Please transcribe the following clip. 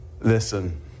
listen